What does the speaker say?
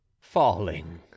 Falling